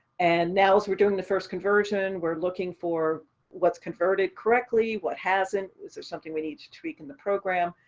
and now as we're doing the first conversion, we're looking for what's converted correctly, what hasn't, is there something we need to tweak in the program.